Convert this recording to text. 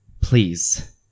Please